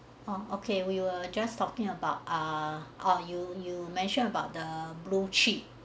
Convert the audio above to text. orh okay we were just talking about ah or you you mentioned about the blue chip